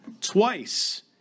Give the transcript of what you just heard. twice